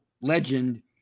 Legend